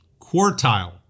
quartile